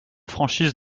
franchise